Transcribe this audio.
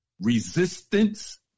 resistance